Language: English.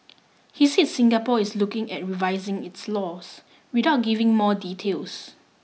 he said Singapore is looking at revising its laws without giving more details